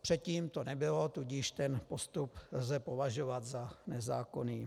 Předtím to nebylo, tudíž ten postup lze považovat za nezákonný.